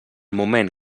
moment